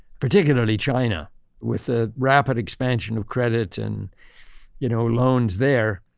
particularly china with a rapid expansion of credit and you know loans there.